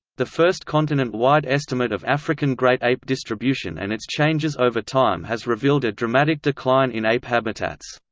the first continent-wide estimate of african great ape distribution and its changes over time has revealed a dramatic decline in ape habitats.